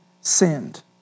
sinned